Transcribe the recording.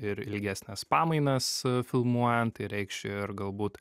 ir ilgesnes pamainas filmuojant tai reikš ir galbūt